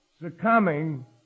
succumbing